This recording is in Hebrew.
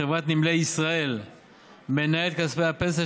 חברת נמלי ישראל מנהלת את כספי הפנסיה